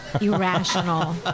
irrational